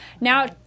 Now